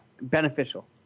beneficial